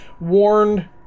warned